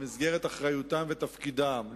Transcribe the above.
במסגרת אחריותם ותפקידם,